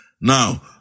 Now